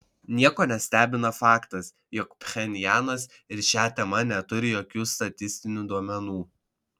nieko nestebina faktas jog pchenjanas ir šia tema neturi jokių statistinių duomenų